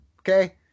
Okay